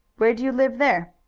where do you live there?